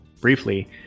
briefly